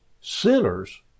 sinners